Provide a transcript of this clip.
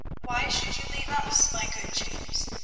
why should you leave us, my good james?